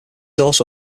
also